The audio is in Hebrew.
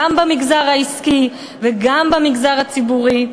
גם במגזר העסקי וגם במגזר הציבורי,